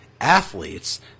athletes